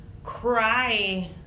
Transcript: Cry